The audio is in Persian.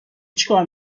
چیکار